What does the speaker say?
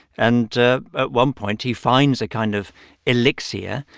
and ah at one point, he finds a kind of elixir,